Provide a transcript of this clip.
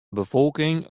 befolking